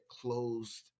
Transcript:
closed